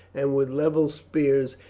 and with levelled spears,